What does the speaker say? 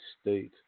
State